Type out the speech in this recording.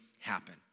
happen